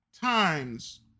times